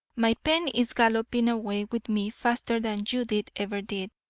my pen is galloping away with me faster than judith ever did,